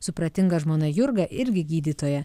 supratinga žmona jurga irgi gydytoja